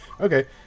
Okay